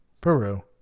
Peru